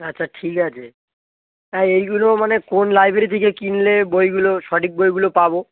আচ্ছা ঠিক আছে আর এইগুলো মানে কোন লাইব্রেরি থেকে কিনলে বইগুলো সঠিক বইগুলো পাবো